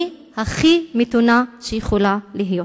אני הכי מתונה שיכולה להיות.